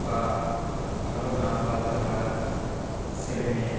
বা ভালো গান বাজনা করা ছেলে মেয়ে